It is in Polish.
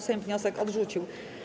Sejm wniosek odrzucił.